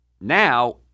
now